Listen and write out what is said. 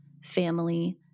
family